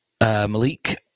Malik